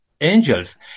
angels